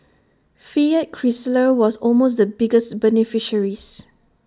fiat Chrysler was almost the biggest beneficiaries